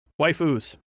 Waifus